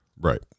Right